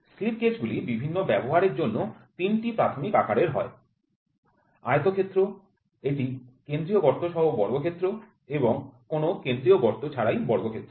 slip gauge গুলি বিভিন্ন ব্যবহারের জন্য ৩ টি প্রাথমিক আকারের হয় আয়তক্ষেত্র একটি মধ্যবর্তী ফাঁকা স্থান সহ বর্গক্ষেত্র এবং কোনও মধ্যবর্তী ফাঁকা স্থান ছাড়াই বর্গক্ষেত্র